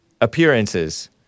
appearances